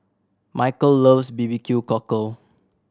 Michel loves B B Q Cockle